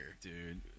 dude